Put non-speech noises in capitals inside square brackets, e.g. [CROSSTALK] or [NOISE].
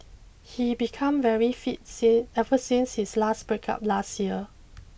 he become very fit [UNINTELLIGIBLE] ever since his last breakup last year